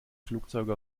flugzeuge